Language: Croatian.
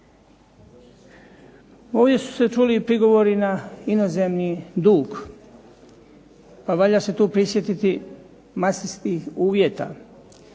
Ovdje su se čuli i prigovori na inozemni dug, pa valja se tu prisjetiti Mastrichtskih uvjeta